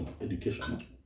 education